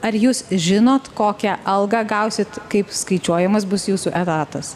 ar jūs žinot kokią algą gausit kaip skaičiuojamas bus jūsų etatas